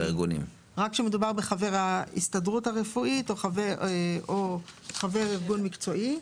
רק כשמדובר בחבר ההסתדרות הרפואית או חבר ארגון מקצועי.